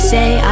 Say